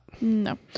No